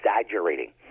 exaggerating